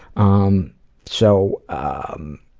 um so um.